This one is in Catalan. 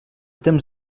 temps